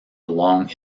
long